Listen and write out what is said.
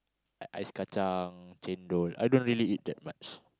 uh ice-kacang chendol I don't really eat that much